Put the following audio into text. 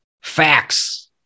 facts